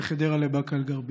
בין חדרה לבאקה אל-גרבייה,